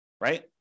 right